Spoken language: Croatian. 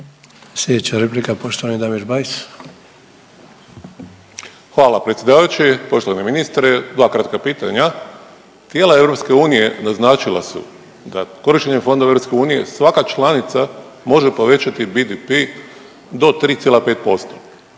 Bajs. **Bajs, Damir (Damir Bajs NL)** Hvala predsjedavajući. Poštovani ministre, dva kratka pitanja. Tijela EU naznačila su da korištenjem fondova EU svaka članica može povećati BDP do 3,5%.